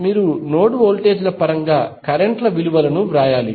మీరు node voltage ల పరంగా కరెంట్ ల విలువలను వ్రాయాలి